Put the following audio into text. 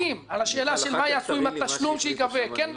על השאלה של מה יעשו בתשלום שייגבה - כן באזור,